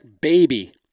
baby